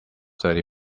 thirty